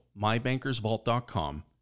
mybankersvault.com